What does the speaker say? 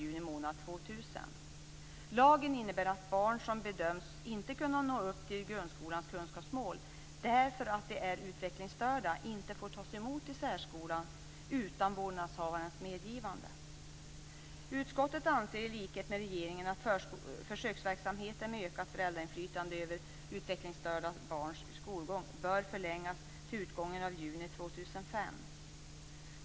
Utskottet anser i likhet med regeringen att försöksverksamheten med ökat föräldrainflytande över utvecklingsstörda barns skolgång bör förlängas till utgången av juni 2005.